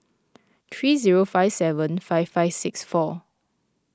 three zero five seven five five six four